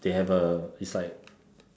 they have a it's like